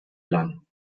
lang